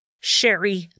Sherry